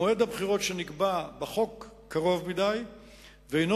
מועד הבחירות שנקבע בחוק קרוב מדי ואינו